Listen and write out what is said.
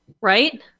right